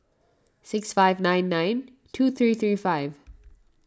six five nine nine two three three five